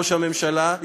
ראש הממשלה,